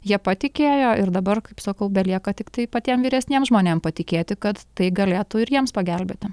jie patikėjo ir dabar kaip sakau belieka tiktai patiem vyresniem žmonėm patikėti kad tai galėtų ir jiems pagelbėti